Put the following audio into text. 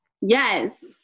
Yes